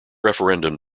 referendum